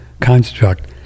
construct